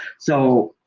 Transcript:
so,